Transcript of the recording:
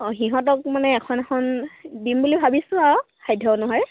অঁ সিহঁতক মানে এখন এখন দিম বুলি ভাবিছোঁ আৰু সাধ্য অনুসাৰে